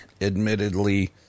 admittedly